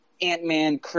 Ant-Man